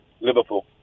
Liverpool